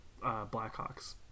Blackhawks